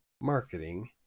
marketing